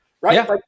right